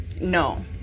No